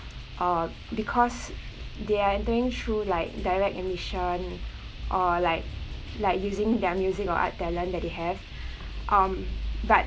uh because they're entering through like direct admission or like like using their music or art talent that they have um but